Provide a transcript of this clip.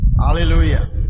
Hallelujah